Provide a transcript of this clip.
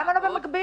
מה לא במקביל?